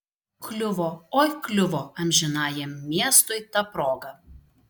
kliuvo oi kliuvo amžinajam miestui ta proga